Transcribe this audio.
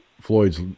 Floyd's